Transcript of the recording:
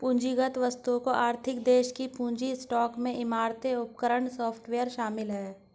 पूंजीगत वस्तुओं आर्थिक देश के पूंजी स्टॉक में इमारतें उपकरण सॉफ्टवेयर शामिल हैं